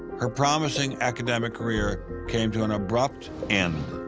her promising academic career came to an abrupt end.